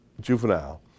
Juvenile